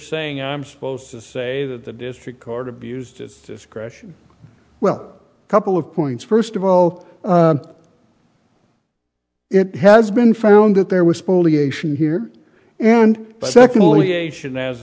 saying i'm supposed to say that the district court abused its discretion well a couple of points first of all it has been found that there was spoliation here and